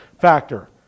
factor